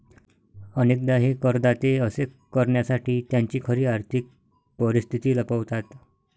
अनेकदा हे करदाते असे करण्यासाठी त्यांची खरी आर्थिक परिस्थिती लपवतात